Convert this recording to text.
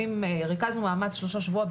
ריכזנו מאמץ שלושה שבועות.